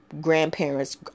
grandparents